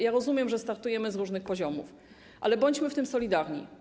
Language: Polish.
Ja rozumiem, że startujemy z różnych poziomów, ale bądźmy w tym solidarni.